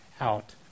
out